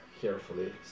carefully